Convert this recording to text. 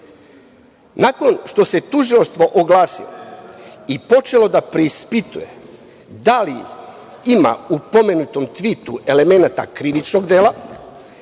što se tužilaštvo oglasilo i počelo da preispituje da li ima u pomenutom tvitu elemenata krivičnog dela.